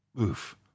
Oof